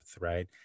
Right